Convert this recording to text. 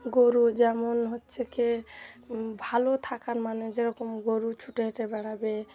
গরু যেমন হচ্ছে কে ভালো থাকার মানে যেরকম গরু ছুটে হেঁটে বেড়াবে